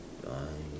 I